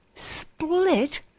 Split